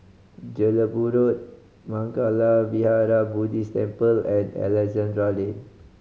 Jelebu Road Mangala Vihara Buddhist Temple and Alexandra Lane